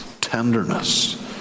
tenderness